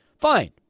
fine